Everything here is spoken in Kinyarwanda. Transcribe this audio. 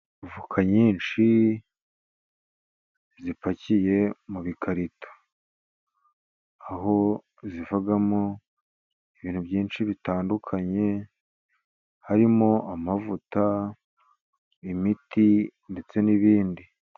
Avoka nyinshi zipakiye mu bikarito aho zivamo ibintu byinshi bitandukanye harimo amavuta, imiti, ndetse n'ibindi.